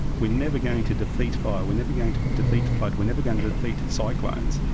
we're never going to defeat fire we're never going to defeat flood we're never going to defeat cyclones.